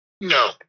No